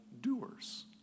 doers